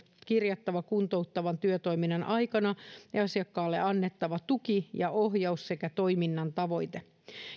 kirjattava kuntouttavan työtoiminnan aikana asiakkaalle annettava tuki ja ohjaus sekä toiminnan tavoite